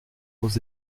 aux